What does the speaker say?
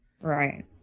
Right